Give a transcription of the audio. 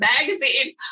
magazine